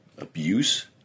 abuse